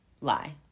lie